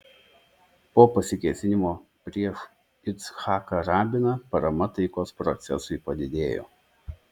po pasikėsinimo prieš icchaką rabiną parama taikos procesui padidėjo